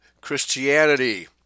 Christianity